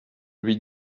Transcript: lui